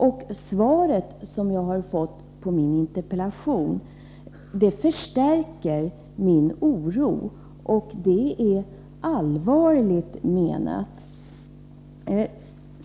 Det svar som jag har fått på min interpellation förstärker min oro, och det är allvarligt menat.